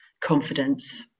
confidence